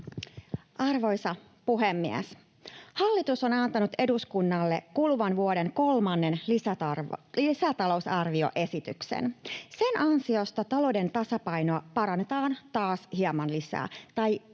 Arvoisa puhemies! Hallitus on antanut eduskunnalle kuluvan vuoden kolmannen lisätalousarvioesityksen. Sen ansiosta talouden tasapainoa parannetaan taas hieman lisää